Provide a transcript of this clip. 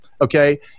okay